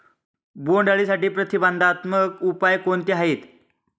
बोंडअळीसाठी प्रतिबंधात्मक उपाय कोणते आहेत?